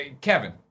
Kevin